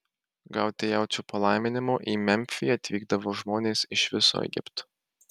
gauti jaučio palaiminimo į memfį atvykdavo žmonės iš viso egipto